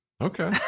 Okay